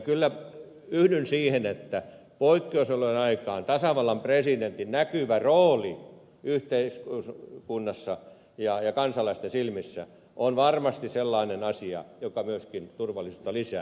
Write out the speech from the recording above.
kyllä yhdyn siihen että poikkeusolojen aikaan tasavallan presidentin näkyvä rooli yhteiskunnassa ja kansalaisten silmissä on varmasti sellainen asia joka myöskin turvallisuutta lisää